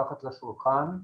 מתחת לשולחן.